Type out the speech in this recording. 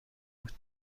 بود